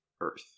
Earth